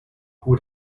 who